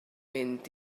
mynd